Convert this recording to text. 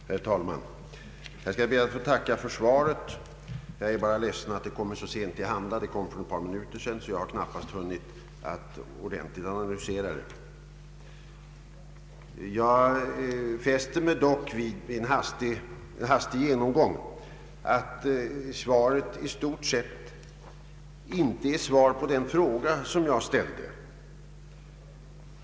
Herr talman! Jag skall be att få tacka för svaret. Jag är bara ledsen för att det kommit mig så sent till handa. Det kom för ett par minuter sedan, och jag har därför knappast hunnit ordentligt analysera det. Vid en hastig genomgång fäster jag mig dock vid att svaret i stort sett inte är svar på den fråga som jag ställt.